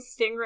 stingray